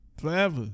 Forever